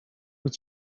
wyt